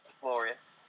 Glorious